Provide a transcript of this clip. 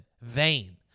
Vain